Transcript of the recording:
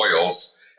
oils